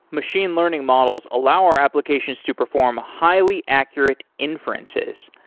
machine learning models allow our applications to perform highly accurate inferences.